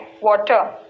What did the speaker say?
water